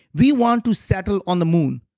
we want to settle on the moon.